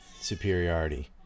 superiority